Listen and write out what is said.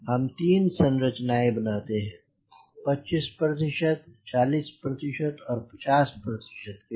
हम तीन संरचनाएं बनाते हैं 25 प्रतिशत 40 प्रतिशत और 50 प्रतिशत के लिए